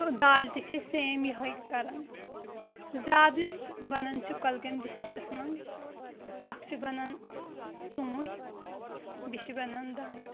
دالہِ تہِ چھِ أسۍ سیم یِہٕے کران زیادٕ یُس بنان چھُ گۄلکٲمۍ ڈسٹرکٹس منٛز اکھ چھ بنان ژوٗنٛٹھۍ بیٚیہِ چھ بنان دانہِ